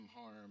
harm